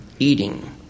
eating